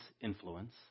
influence